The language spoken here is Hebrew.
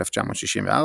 1964,